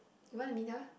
you want to meet her